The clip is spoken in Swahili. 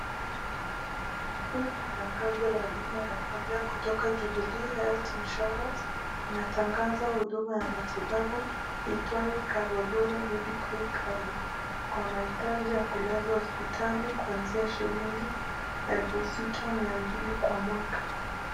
Huu ni tangazo la bima ya afya kutoka Jubilee Health Insurance. Inatangaza huduma ya matibabu iitwayo cover bora medical cover kwa maitaji ya kulazwa hopsitali kuazia shilingi elfu sita mia mbili kwa mwaka.